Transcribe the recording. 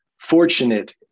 fortunate